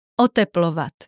oteplovat